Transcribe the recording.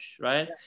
Right